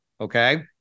Okay